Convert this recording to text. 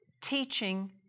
teaching